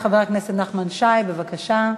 חבר הכנסת נחמן שי, בבקשה.